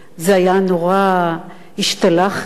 זה היה נורא, השתלחנו.